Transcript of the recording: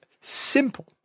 simple